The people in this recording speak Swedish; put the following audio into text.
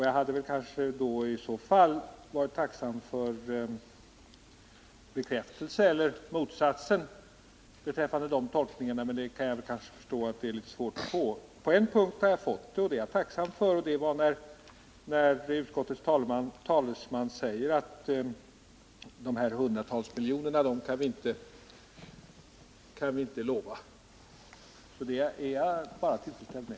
Jag hade varit tacksam för en bekräftelse, eller motsatsen, beträffande de tolkningarna, men jag kan förstå att det kanske är svårt att få ett sådant uttalande. På en punkt har jag fått det, vilket jag är tacksam för. Det är när utskottets talesman säger: De här hundratals miljonerna kan vi inte utlova. Det är jag bara tillfredsställd med.